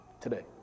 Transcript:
today